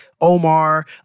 Omar